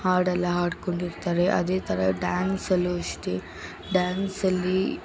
ಹಾಡೆಲ್ಲ ಹಾಡ್ಕೊಂಡು ಇರ್ತಾರೆ ಅದೇ ಥರ ಡ್ಯಾನ್ಸಲ್ಲೂ ಇಷ್ಟೇ ಡ್ಯಾನ್ಸಲ್ಲಿ